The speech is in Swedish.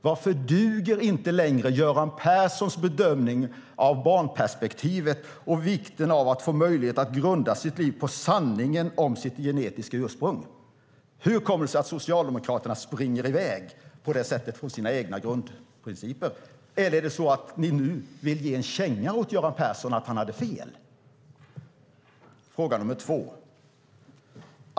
Varför duger inte längre Göran Perssons bedömning av barnperspektivet och vikten av att få möjlighet att grunda sitt liv på sanningen om sitt genetiska ursprung? Hur kommer det sig att Socialdemokraterna springer i väg på det sättet från sina egna grundprinciper? Eller är det så att ni nu vill ge Göran Persson en känga för att han hade fel? Sedan kommer fråga nr 2.